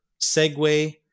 segue